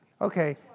Okay